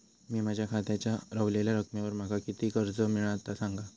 मी माझ्या खात्याच्या ऱ्हवलेल्या रकमेवर माका किती कर्ज मिळात ता सांगा?